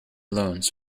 loans